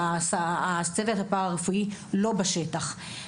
כשהצוות הפרא רפואי לא בשטח.